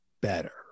better